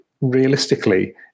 Realistically